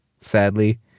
sadly